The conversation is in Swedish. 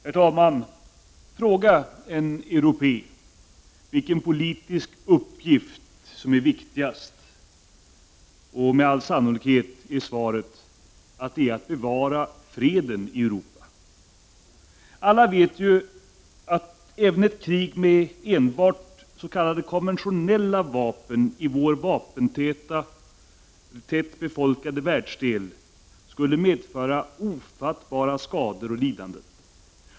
Herr talman! Om man frågar en europé vilken politisk uppgift som är viktigast, får man med all sannolikhet svaret att det är att bevara freden i Europa. Alla vet ju att även ett krig med enbart s.k. konventionella vapen i vår vapentäta, tätt befolkade världsdel skulle medföra ofattbara skador och lidanden.